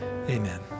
Amen